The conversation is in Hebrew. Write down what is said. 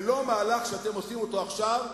ולא המהלך שאתם עושים עכשיו,